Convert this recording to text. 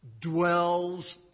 dwells